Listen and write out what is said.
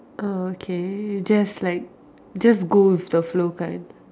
oh okay just like just go with the flow kind